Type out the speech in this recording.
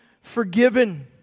forgiven